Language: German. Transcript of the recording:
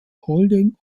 holding